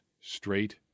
straight